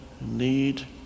need